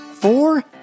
Four